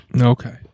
Okay